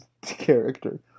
character